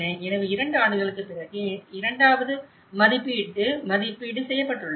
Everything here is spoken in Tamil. எனவே 2 ஆண்டுகளுக்குப் பிறகு இரண்டாவது மதிப்பீட்டு மதிப்பீடு செய்யப்பட்டுள்ளது